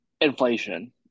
inflation